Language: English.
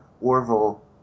Orville